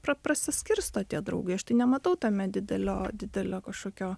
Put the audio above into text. pra prasiskirsto tie draugai aš tai nematau tame didelio didelio kažkokio